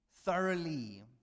thoroughly